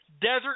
Desert